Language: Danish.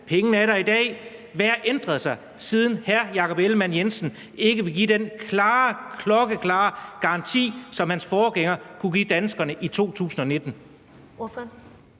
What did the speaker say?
pengene er der i dag – så hvad har ændret sig, siden hr. Jakob Ellemann-Jensen ikke vil give den klokkeklare garanti, som hans forgænger kunne give danskerne i 2019?